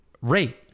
rate